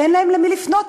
ואין להם למי לפנות.